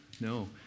no